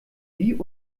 wie